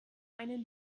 einen